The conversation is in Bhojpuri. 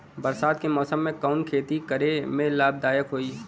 बरसात के मौसम में कवन खेती करे में लाभदायक होयी?